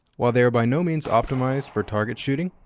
while they are by no means optimized for target shooting,